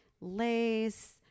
lace